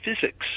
physics